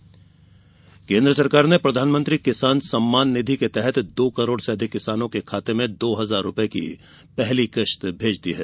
किसान सम्मान निधि केन्द्र सरकार ने प्रधानमंत्री किसान सम्मान निधि के तहत दो करोड़ से अधिक किसानों के खाते में दो हजार रूपये की पहली किश्त भेज दी है